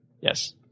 Yes